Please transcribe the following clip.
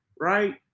right